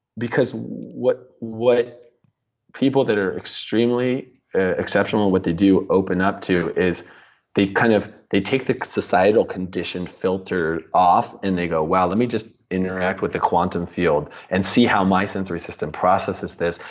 because what what people that are extremely exceptional, what they do open up to is they kind of they take the societal conditioned filter off, and they go, wow. let me just interact with the quantum field and see how my sensory system processes this,